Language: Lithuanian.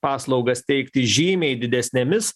paslaugas teikti žymiai didesnėmis